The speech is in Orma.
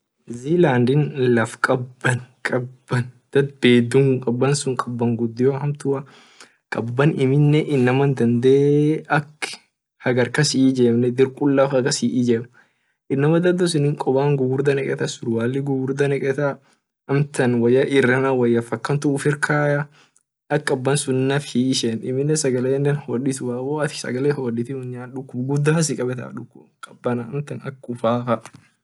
New zealand laf kaban kaban dadentumuu kaban sun kaban gudio hamtua kaban inama dade ak hagar kas hiijemn